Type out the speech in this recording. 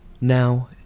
Now